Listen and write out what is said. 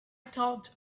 thought